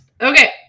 Okay